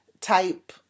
type